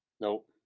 Nope